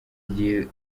igihe